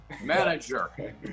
manager